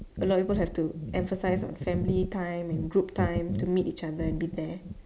a lot of people have to emphasize on family time and group time to meet each other and be there